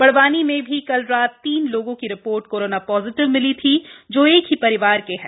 बड़वानी में भी कल रात तीन लोगों की रिपोर्ट कोरोना पॉजिटिव मिली थी जो एक ही परिवार के हैं